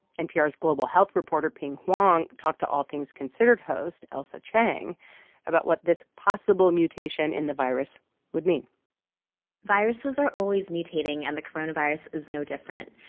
npr's global health reporter pien huang talked to all things considered host ailsa chang about what this possible mutation in the virus would mean viruses are always mutating, and the coronavirus is no different.